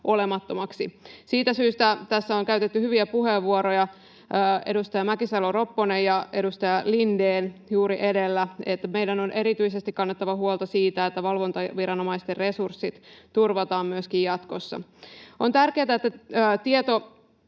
olemattomaksi. Siitä syystä tässä on käytetty hyviä puheenvuoroja, kuten edustaja Mäkisalo-Ropponen ja edustaja Lindén juuri edellä, että meidän on erityisesti kannettava huolta siitä, että valvontaviranomaisten resurssit turvataan myöskin jatkossa. On tärkeätä, että